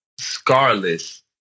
scarless